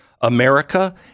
America